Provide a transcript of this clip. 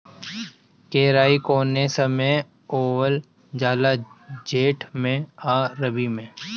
केराई कौने समय बोअल जाला जेठ मैं आ रबी में?